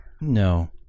no